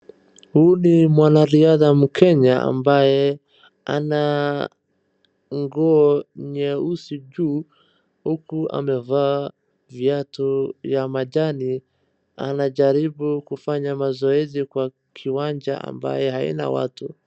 Huyu ni mwanariadhaa mkenya ambaye ananguo nyeusi juu huku amevaa viatu ya majani anajaribu kufanya mazoezi kwa kiwanja ambaye haina watu.